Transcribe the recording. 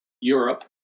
Europe